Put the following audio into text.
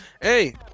Hey